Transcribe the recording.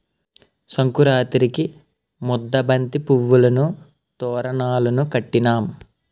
సంకురాతిరికి ముద్దబంతి పువ్వులును తోరణాలును కట్టినాం